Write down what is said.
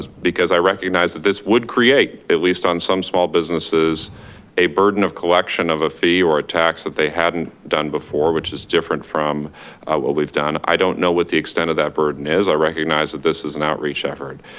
because i recognize that this would create, at least on some small businesses a burden of collection of a fee or a tax that they hadn't done before, which is different than what we've done. i don't know what the extent of that burden is, i recognize that this is an outreach effort.